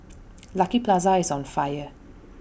Lucky Plaza is on fire